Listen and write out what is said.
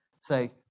say